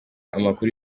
amakuru